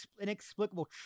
inexplicable